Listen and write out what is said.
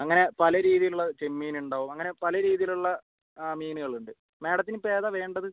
അങ്ങനെ പല രീതിയിലുള്ള ചെമ്മീൻ ഉണ്ടാവും അങ്ങനെ പല രീതിയിലുള്ള ആ മീനുകൾ ഉണ്ട് മാഡത്തിന് ഇപ്പം ഏതാണ് വേണ്ടത്